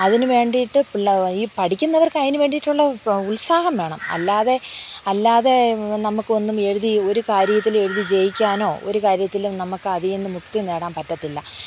അതിന് വേണ്ടിയിട്ട് ഈ പഠിക്കുന്നവർക്ക് അതിന് വേണ്ടിയിട്ടുള്ള ഉത്സാഹം വേണം അല്ലാതെ അല്ലാതെ നമുക്കൊന്നും എഴുതി ഒരു കാര്യത്തിൽ എഴുതി ജയിക്കാനോ ഒരു കാര്യത്തിലും നമുക്ക് അതിൽ നിന്ന് മുക്തി നേടാൻ പറ്റത്തില്ല